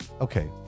okay